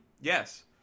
yes